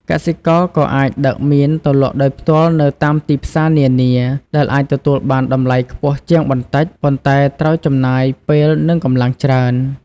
កសិករក៏អាចដឹកមៀនទៅលក់ដោយផ្ទាល់នៅតាមទីផ្សារនានា ដែលអាចទទួលបានតម្លៃខ្ពស់ជាងបន្តិច ប៉ុន្តែត្រូវចំណាយពេល និងកម្លាំងច្រើន។